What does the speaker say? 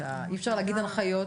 אי אפשר להגיד הנחיות.